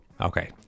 okay